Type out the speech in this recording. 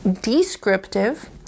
descriptive